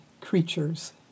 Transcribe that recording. creatures